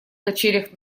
качелях